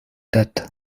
that